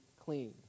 clean